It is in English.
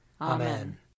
Amen